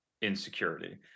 insecurity